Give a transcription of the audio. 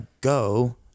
go